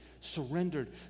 surrendered